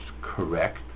correct